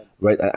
Right